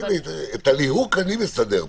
תני לי, את הליהוק אני מסדר פה.